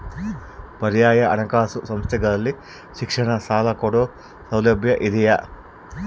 ಪರ್ಯಾಯ ಹಣಕಾಸು ಸಂಸ್ಥೆಗಳಲ್ಲಿ ಶಿಕ್ಷಣ ಸಾಲ ಕೊಡೋ ಸೌಲಭ್ಯ ಇದಿಯಾ?